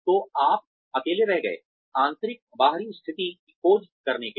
तो आप अकेले रह गए हैं आंतरिक बाहरी स्थिति की खोज करने के लिए